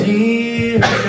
Dear